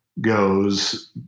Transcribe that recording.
goes